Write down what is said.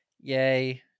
Yay